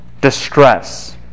distress